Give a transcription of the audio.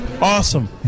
Awesome